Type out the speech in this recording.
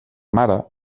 mare